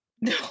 no